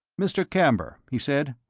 mr. camber, he said,